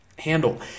Handle